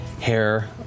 hair